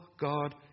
God